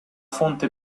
fonte